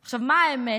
עכשיו, מה האמת?